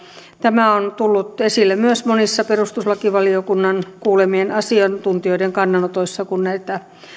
tämä on tullut esille myös monissa perustuslakivaliokunnan kuulemien asiantuntijoiden kannanotoissa kun näitä